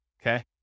Okay